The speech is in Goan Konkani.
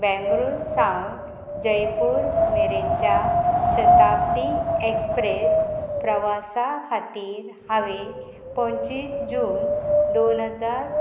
बँगलूर सावन जयपूर मेरेच्या शताब्दी एक्सप्रेस प्रवासा खातीर हांवें पंचवीस जून दोन हजार